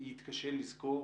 יתקשה לזכור